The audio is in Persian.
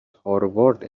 هاروارد